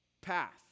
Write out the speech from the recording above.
path